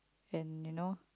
and you know